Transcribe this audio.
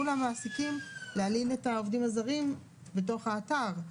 למעסיקים להלין את העובדים הזרים בתוך האתר,